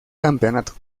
campeonato